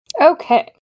Okay